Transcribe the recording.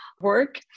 work